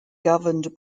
governed